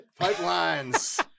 pipelines